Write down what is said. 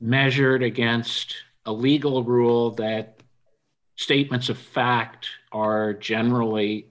measured against a legal rule that statements of fact are generally